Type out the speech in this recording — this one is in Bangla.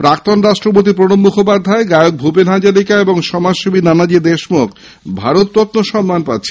প্রাক্তণ রাষ্ট্রপতি প্রণব মুখোপাধ্যায় গায়ক ভূপেন হাজারিকা এবং সমাজসেবী নানাজি দেশমুখ ভারতরত্ন সম্মান পাচ্ছেন